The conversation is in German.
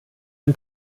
ein